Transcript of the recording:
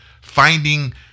finding